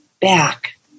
back